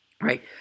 right